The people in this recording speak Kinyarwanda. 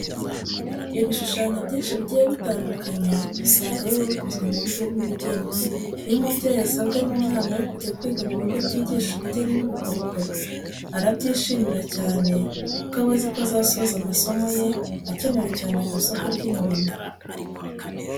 Ibishushanyo byinshi bigiye bitandukanye usanga biba bikozwe mu buryo bw'ubugeni. Iyo umubyeyi asabwe n'umwana we kujya kwiga mu bigo byigisha ubugeni n'ubukorikori, arabyishimira cyane kuko aba azi ko azasoza amasomo ye akenewe cyane ku isoko ry'umurimo.